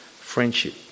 Friendship